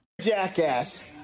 Jackass